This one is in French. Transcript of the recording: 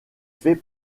fait